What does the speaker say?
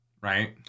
Right